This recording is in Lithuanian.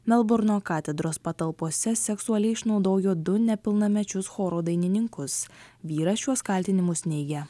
melburno katedros patalpose seksualiai išnaudojo du nepilnamečius choro dainininkus vyras šiuos kaltinimus neigia